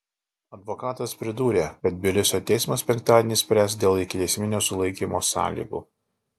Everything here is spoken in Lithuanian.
advokatas pridūrė kad tbilisio teismas penktadienį spręs dėl ikiteisminio sulaikymo sąlygų